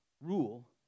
rule